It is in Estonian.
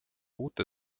uute